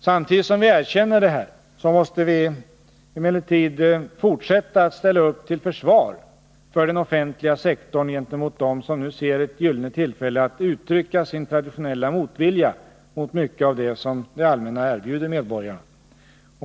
Samtidigt som vi erkänner detta måste vi emellertid fortsätta att ställa upp till försvar för den offentliga sektorn gentemot dem som nu ser ett gyllene tillfälle att uttrycka sin traditionella motvilja mot mycket av det som det allmänna erbjuder medborgarna.